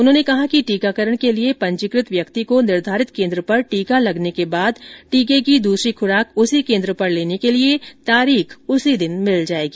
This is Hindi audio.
उन्होंने कहा कि टीकाकरण के लिए पंजीकृत व्यक्ति को निर्धारित केन्द्र पर टीका लगने के बाद टीके की दूसरी खुराक उसी केन्द्र पर लेने के लिए तारीख उसी दिन मिल जाएगी